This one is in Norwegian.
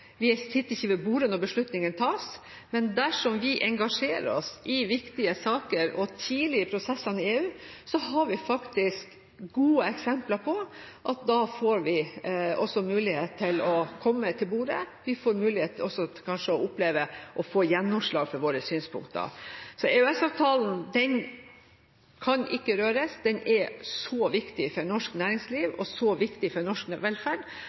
Vi sitter ikke ved bordet når beslutningene tas, men dersom vi engasjerer oss i viktige saker og tidlig i prosessene i EU, har vi faktisk gode eksempler på at vi også får mulighet til å komme til bordet, og vi får kanskje også mulighet til å oppleve å få gjennomslag for våre synspunkter. Så EØS-avtalen kan ikke røres. Den er så viktig for norsk næringsliv og så viktig for norsk velferd